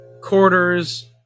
quarters